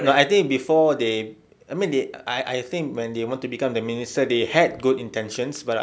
but I think before they I mean they I I think when they want to become the minister they had good intentions but uh